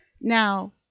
Now